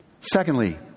Secondly